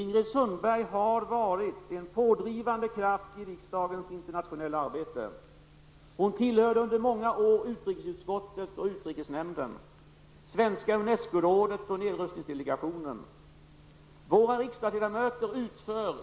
När Gertrud Sigurdsen tog plats i riksdagen presenterades hon ofta kort och gott som LO kvinnan. Vid den tiden, 1968, var endast 13 % av riksdagens ledamöter kvinnor.